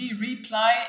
Reply